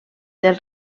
del